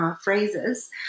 Phrases